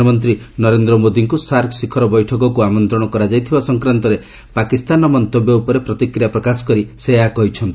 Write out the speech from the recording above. ପ୍ରଧାନମନ୍ତ୍ରୀ ନରେନ୍ଦ୍ର ମୋଦିଙ୍କୁ ସାର୍କ ଶିଖର ବୈଠକୁ ଆମନ୍ତ୍ରଣ କରାଯାଇଥିବା ସଂକ୍ରାନ୍ତରେ ପାକିସ୍ତାନର ମନ୍ତବ୍ୟ ଉପରେ ପ୍ରତିକ୍ରିୟା ପ୍ରକାଶ କରି ସେ ଏହା କହିଛନ୍ତି